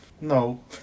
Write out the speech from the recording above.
No